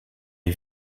est